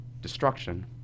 destruction